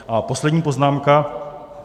A poslední poznámka.